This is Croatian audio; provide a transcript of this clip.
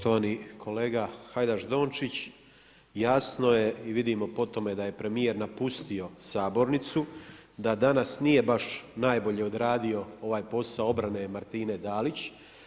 Poštovani kolega Hajdaš-Dončić, jasno je i vidimo po tome da je premijer napustio sabornicu, da danas nije baš najbolje odradio ovaj posao obrane Martine Dalić.